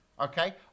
Okay